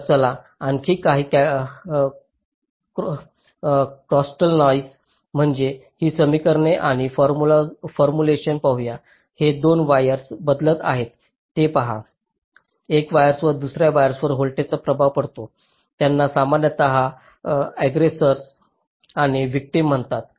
तर चला आणखी काही क्रॉस्टल नॉईस म्हणजे ही समीकरणे आणि फॉर्म्युलेशन पाहुया हे 2 वायर्स बदलत आहेत हे पहा एका वायरवर दुसर्या वायरवर व्होल्टेजचा प्रभाव पडतो त्यांना सामान्यतः अग्ग्रेससोर आणि व्हिक्टिम म्हणतात